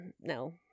No